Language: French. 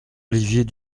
olivier